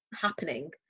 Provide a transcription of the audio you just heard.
happening